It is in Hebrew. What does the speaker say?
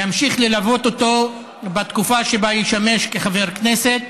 ימשיך ללוות אותו בתקופה שבה ישמש כחבר כנסת.